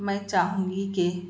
میں چاہوں گی کہ